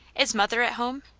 is mother at home?